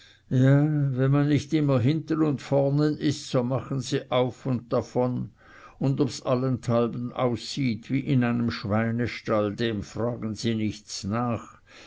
wenn man nicht immer hinten und vornen ist so machen sie auf und davon und obs allenthalben aussieht wie in einem schweinestall dem fragen sie nichts nach